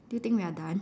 do you think we are done